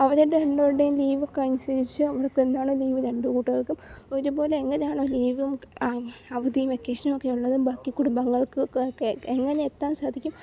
അവരുടെ രണ്ടുപേരുടേയും ലീവൊക്കെ അനുസരിച്ച് അവർക്ക് എന്നാണൊ ലീവ് രണ്ടുകൂട്ടർക്കും ഒരുപോലെ എങ്ങനെയാണോ ലീവ് അവധിയും വെക്കേഷനുമൊക്കെ ഉള്ളത് ബാക്കി കുടുംബങ്ങൾക്ക് എങ്ങനെ എത്താൻ സാധിക്കും